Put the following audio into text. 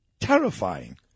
terrifying